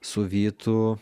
su vytu